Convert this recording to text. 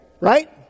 Right